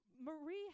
Marie